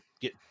get